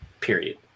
period